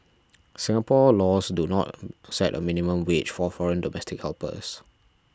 Singapore laws do not set a minimum wage for foreign domestic helpers